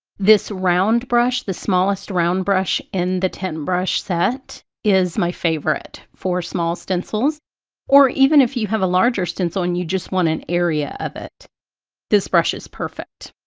this round brush the smallest round brush in the ten brush set is my favorite for small stencils or even if you have a larger stencil and you just want an area of it this brush is perfect.